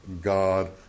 God